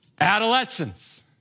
Adolescence